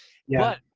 yeah.